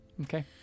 Okay